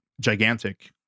gigantic